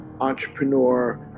entrepreneur